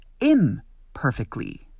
imperfectly